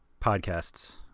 podcasts